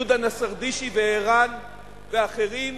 יהודה נסרדישי וערן ואחרים.